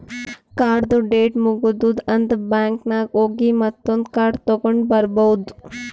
ಕಾರ್ಡ್ದು ಡೇಟ್ ಮುಗದೂದ್ ಅಂತ್ ಬ್ಯಾಂಕ್ ನಾಗ್ ಹೋಗಿ ಮತ್ತೊಂದ್ ಕಾರ್ಡ್ ತಗೊಂಡ್ ಬರ್ಬಹುದ್